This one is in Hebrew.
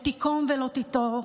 לא תִקֹּם ולא תִטֹּר,